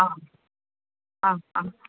आं आं आं